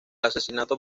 asesinato